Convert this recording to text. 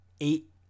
eight